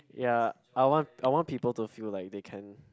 ya I want I want people to feel like they can